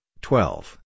twelve